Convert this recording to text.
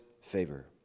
favor